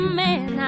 man